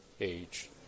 age